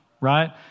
right